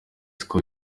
siko